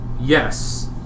yes